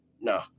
No